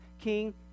King